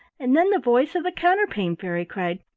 and then the voice of the counterpane fairy cried,